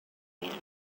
manner